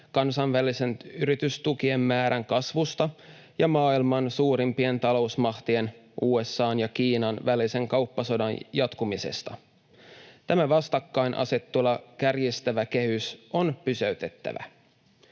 kansallisten yritystukien määrän kasvusta ja maailman suurimpien talousmahtien, USA:n ja Kiinan, välisen kauppasodan jatkumisesta. Tämä vastakkainasettelua kärjistävä kehitys on pysäytettävä.